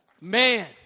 Man